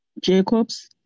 Jacobs